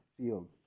field